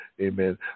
amen